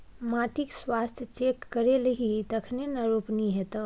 माटिक स्वास्थ्य चेक करेलही तखने न रोपनी हेतौ